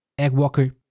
Eggwalker